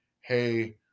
Hey